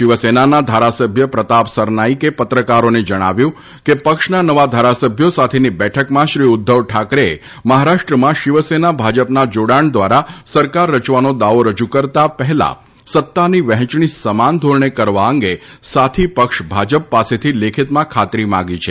શીવસેનાના ધારાસભ્ય પ્રતાપ સરનાઇકે પત્રકારોને જણાવ્યું હતું કે પક્ષના નવા ધારાસભ્યો સાથેની બેઠકમાં શ્રી ઉદ્વવ ઠાકરેએ મહારાષ્ટ્રમાં શીવસેના ભાજપના જોડાણ દ્વારા સરકાર રચવાનો દાવો રજૂ કરતાં પહેલા સત્તાની વહેંચણી સમાન ધીરણે કરવા અંગે સાથી પક્ષ ભાજપ પાસેથી લેખિતમાં ખાત્રી માંગી છે